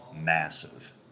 massive